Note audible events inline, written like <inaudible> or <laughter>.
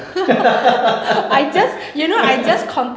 <laughs>